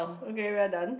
okay we're done